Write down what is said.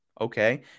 okay